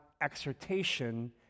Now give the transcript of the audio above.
exhortation